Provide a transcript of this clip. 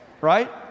right